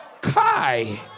Kai